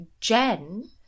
jen